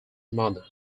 mother